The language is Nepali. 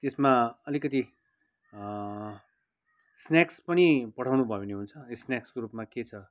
त्यसमा अलिकति स्न्याक्स पनि पठाउनुभयो भने हुन्छ स्न्याक्सको रूपमा के छ